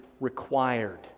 required